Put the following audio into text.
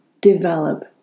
develop